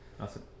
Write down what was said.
Awesome